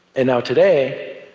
and now today,